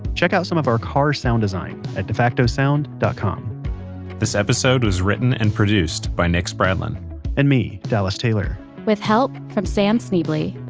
check out some of our car sound design at defactosound dot com this episode was written and produced by nick spradlin and me, dallas taylor with help from sam schneble.